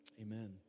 amen